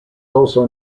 also